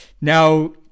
Now